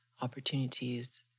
opportunities